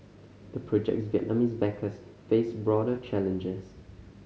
the project's Vietnamese backers face broader challenges